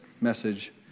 message